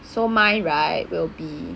so mine right will be